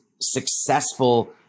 successful